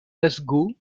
glasgow